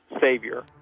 savior